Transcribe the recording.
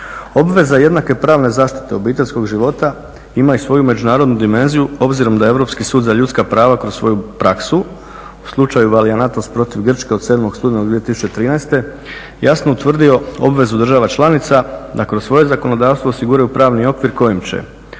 Obveza jednake pravne zaštite obiteljskog života ima i svoju međunarodnu dimenziju obzirom da Europski sud za ljudska prava kroz svoju praksu u slučaju Vallianatos protiv Grčke od 7.studenog 2013., jasno utvrdio obvezu država članica da kroz svoje zakonodavstvo osiguraju pravni okvir kojim će: